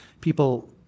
People